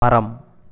மரம்